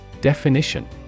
definition